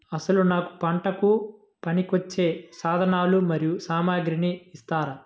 అసలు నాకు పంటకు పనికివచ్చే సాధనాలు మరియు సామగ్రిని ఇస్తారా?